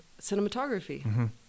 cinematography